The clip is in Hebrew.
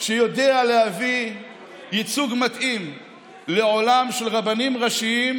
שיודע להביא לעולם ייצוג מתאים של רבנים ראשיים,